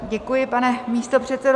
Děkuji, pane místopředsedo.